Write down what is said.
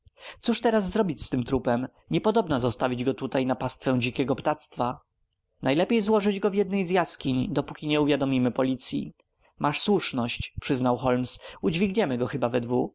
cóż teraz zrobić z tym trupem niepodobna zostawić go tutaj na pastwę dzikiego ptactwa najlepiej złożyć go w jednej z jaskiń dopóki nie uwiadomimy policyi masz słuszność przyznał holmes udźwigniemy go chyba